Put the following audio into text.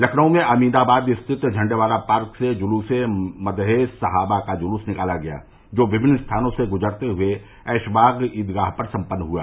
लखनऊ में अमीनाबाद स्थित झण्डे वाले पार्क से जुलूस ए मदहे सहाबा का जुलूस निकाला गया जो विभिन्न स्थानों से गुजरते हुए ऐशबाग ईदगाह पर सम्पन्न हुआ